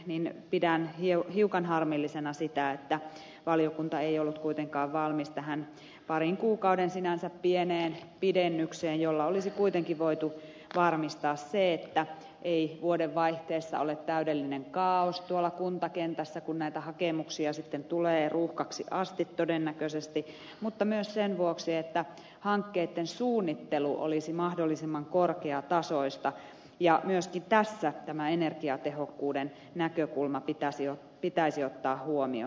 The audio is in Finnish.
tiusanenkin pidän hiukan harmillisena sitä että valiokunta ei ollut kuitenkaan valmis tähän parin kuukauden sinänsä pieneen pidennykseen jolla olisi kuitenkin voitu varmistaa se että ei vuodenvaihteessa ole täydellinen kaaos tuolla kuntakentällä kun näitä hakemuksia sitten tulee ruuhkaksi asti todennäköisesti mutta myös sen vuoksi että hankkeitten suunnittelu olisi mahdollisimman korkeatasoista ja myöskin tässä tämä energiatehokkuuden näkökulma pitäisi ottaa huomioon